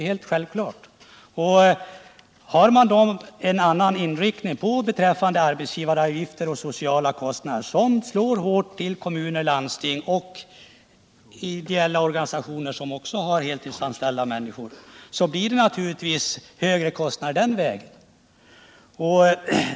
Eftersom socialdemokraterna har en annan politik när det gäller arbetsgivaravgifter och sociala kostnader, som slår hårt på kommuner, landsting och ideella organisationer som har heltidsanställd personal, får socialdemokraterna naturligtvis högre kostnader den vägen.